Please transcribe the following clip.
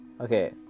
okay